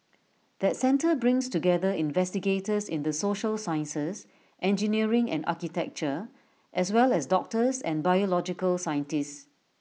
that centre brings together investigators in the social sciences engineering and architecture as well as doctors and biological scientists